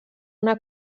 una